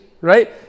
right